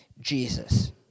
Jesus